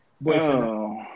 boyfriend